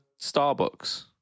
Starbucks